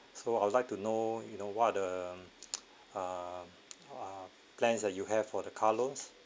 so I would like to know you know what are the ah ah plans that you have for the car loans